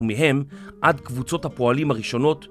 ומהם עד קבוצות הפועלים הראשונות